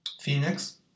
Phoenix